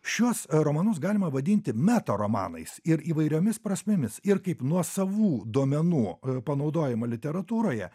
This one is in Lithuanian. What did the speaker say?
šiuos romanus galima vadinti meta romanais ir įvairiomis prasmėmis ir kaip nuosavų duomenų panaudojimą literatūroje